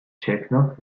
chekhov